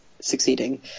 succeeding